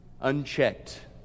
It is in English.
unchecked